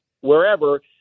wherever